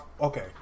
okay